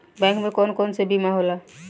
Bank में कौन कौन से बीमा होला?